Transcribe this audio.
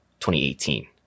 2018